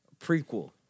prequel